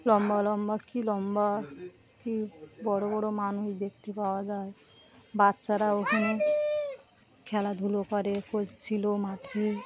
লম্বা লম্বা কী লম্বা কী বড় বড় মানুষ দেখতে পাওয়া যায় বাচ্চারা ওখানে খেলাধুলো করে করছিল মাঠে